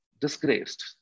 disgraced